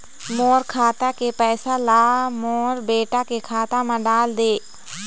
मोर खाता के पैसा ला मोर बेटा के खाता मा डाल देव?